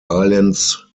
islands